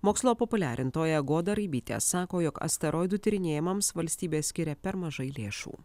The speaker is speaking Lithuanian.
mokslo populiarintoja goda raibytė sako jog asteroidų tyrinėjimams valstybė skiria per mažai lėšų